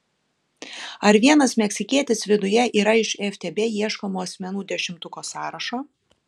ar vienas meksikietis viduje yra iš ftb ieškomų asmenų dešimtuko sąrašo